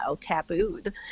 tabooed